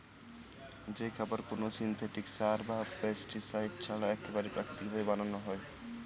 যে খাবার কোনো সিনথেটিক সার বা পেস্টিসাইড ছাড়া এক্কেবারে প্রাকৃতিক ভাবে বানানো হয়